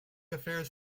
affairs